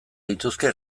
lituzke